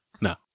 No